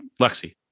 Lexi